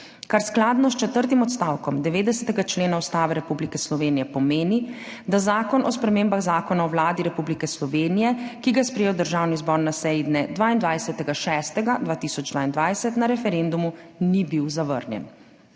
kar skladno s četrtim odstavkom 90. člena Ustave Republike Slovenije pomeni, da Zakon o spremembah Zakona o Vladi Republike Slovenije, ki ga je sprejel Državni zbor na seji dne 22. 6. 2022, na referendumu ni bil zavrnjen.